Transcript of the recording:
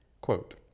Quote